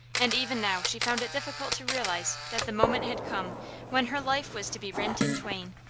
and even now she found it difficult to realize that the moment had come when her life was to be rent in twain,